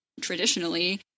traditionally